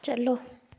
ꯆꯠꯂꯣ